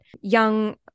young